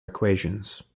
equations